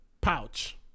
pouch